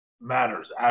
matters